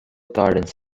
gardens